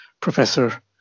Professor